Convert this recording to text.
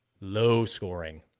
low-scoring